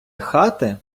хати